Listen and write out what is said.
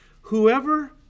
Whoever